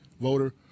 voter